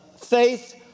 faith